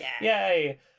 Yay